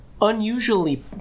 unusually